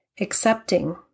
accepting